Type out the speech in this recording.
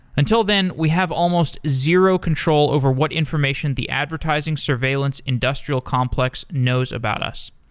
until then, we have almost zero control over what information the advertising surveillance industrial complex knows about us.